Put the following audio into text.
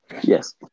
Yes